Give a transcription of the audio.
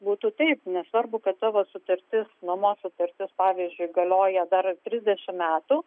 būtų taip nesvarbu kad tavo sutartis nuomos sutartis pavyzdžiui galioja dar trisdešimt metų